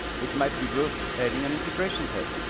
it might be worth adding an integration test.